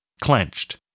clenched